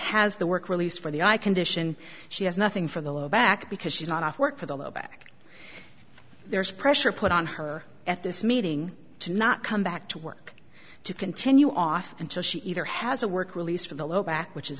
has the work release for the eye condition she has nothing for the low back because she's not off work for the low back there's pressure put on her at this meeting to not come back to work to continue off until she either has a work release for the low back which is